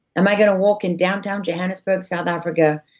am i gonna walk in downtown johannesburg, south africa,